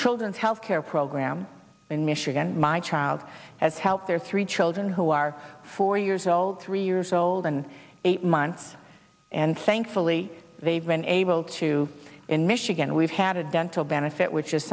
children's health care program in michigan my child has helped their three children who are four years old three years old and eight months and thankfully they've been able to in michigan we've had a dental benefit which is